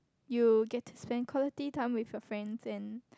you get to spent quality time with your friends and